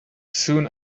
soon